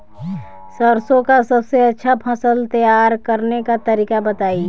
सरसों का सबसे अच्छा फसल तैयार करने का तरीका बताई